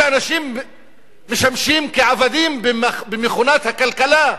שאנשים משמשים כעבדים במכונת הכלכלה.